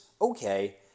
okay